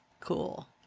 Cool